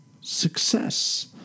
success